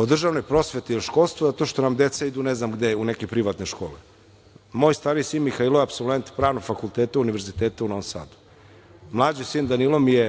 o državnoj prosveti i školstvu zato što nam deca idu ne znam gde, u neke privatne škole. Moj stariji sin Mihailo je apsolvent na Pravnom fakultetu Univerziteta u Novom Sadu. Mlađi sin Danilo mi je